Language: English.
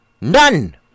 none